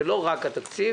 זה לא רק התקציב,